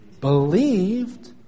Believed